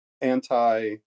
anti